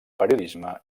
periodisme